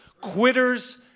Quitters